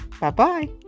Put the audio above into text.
Bye-bye